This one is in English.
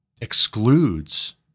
excludes